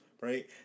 right